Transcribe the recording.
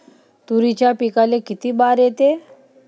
तुरीच्या पिकाले किती बार येते?